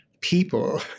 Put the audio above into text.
people